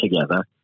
together